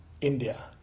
India